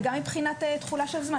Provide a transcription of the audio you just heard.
תחולה של זמן,